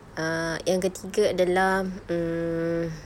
ah yang ketiga adalah mm